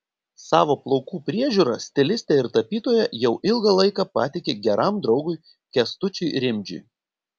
savo plaukų priežiūrą stilistė ir tapytoja jau ilgą laiką patiki geram draugui kęstučiui rimdžiui